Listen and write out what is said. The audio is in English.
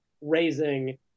Raising